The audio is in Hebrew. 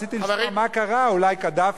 רציתי לשמוע מה קרה, אולי קדאפי.